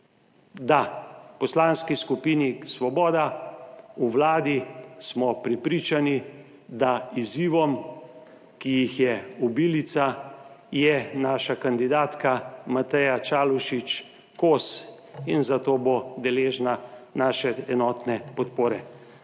Da. V Poslanski skupini Svoboda, v Vladi, smo prepričani, da izzivom, ki jih je obilica, je naša kandidatka Mateja Čalušić kos in zato bo deležna naše enotne podpore.